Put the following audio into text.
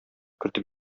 кертеп